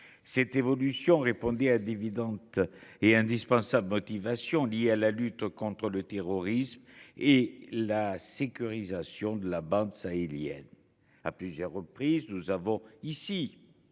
Cette évolution répondait à d’évidentes et indispensables motivations, liées à la lutte contre le terrorisme et à la nécessité de sécuriser la bande sahélienne. À plusieurs reprises, nous avons